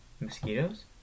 Mosquitoes